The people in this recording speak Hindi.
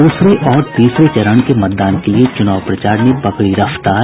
दूसरे और तीसरे चरण के मतदान के लिये चुनाव प्रचार ने पकड़ी रफ्तार